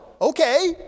Okay